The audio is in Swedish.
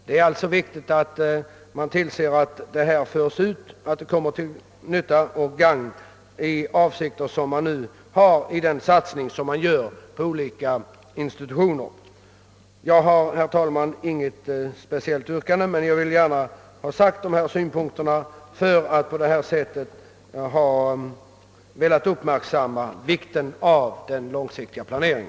Det är viktigt att se till att den satsning som görs inom olika institutioner blir till nytta för allmänheten. Jag har, herr talman, inget yrkande men jag har velat understryka vikten av en långsiktig planering.